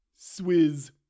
Swizz